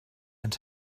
and